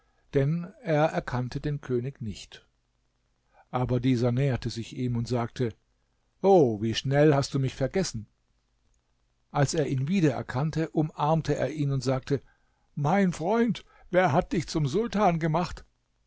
denn er erkannte den könig nicht aber dieser näherte sich ihm und sagte o wie schnell hast du mich vergessen als er ihn wiedererkannte umarmte er ihn und sagte mein freund wer hat dich zum sultan gemacht